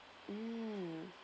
mm